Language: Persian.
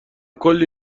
کلی